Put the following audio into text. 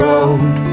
Road